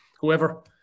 whoever